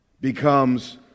becomes